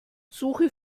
suche